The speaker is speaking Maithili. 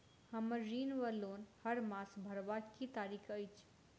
हम्मर ऋण वा लोन हरमास भरवाक की तारीख अछि?